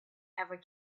ever